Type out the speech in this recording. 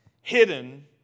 hidden